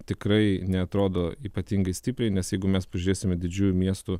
tikrai neatrodo ypatingai stipriai nes jeigu mes pažiūrėsim į didžiųjų miestų